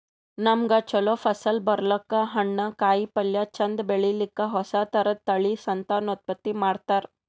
ನಮ್ಗ್ ಛಲೋ ಫಸಲ್ ಬರ್ಲಕ್ಕ್, ಹಣ್ಣ್, ಕಾಯಿಪಲ್ಯ ಚಂದ್ ಬೆಳಿಲಿಕ್ಕ್ ಹೊಸ ಥರದ್ ತಳಿ ಸಂತಾನೋತ್ಪತ್ತಿ ಮಾಡ್ತರ್